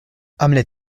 hamlet